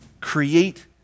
create